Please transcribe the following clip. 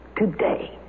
today